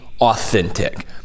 authentic